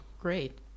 Great